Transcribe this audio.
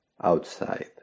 outside